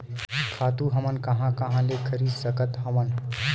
खातु हमन कहां कहा ले खरीद सकत हवन?